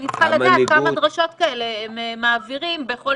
אני צריכה לדעת כמה דרשות כאלה הם מעבירים בכל